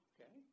Okay